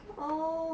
oh